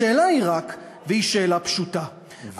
השאלה היא רק, והיא שאלה פשוטה: אני מבקש לסיים.